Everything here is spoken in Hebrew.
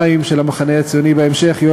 אברהם נגוסה, המחנה הציוני, שני